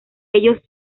ellos